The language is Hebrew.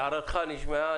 הערתך נשמעה,